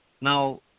Now